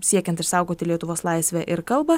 siekiant išsaugoti lietuvos laisvę ir kalbą